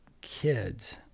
kids